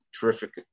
terrific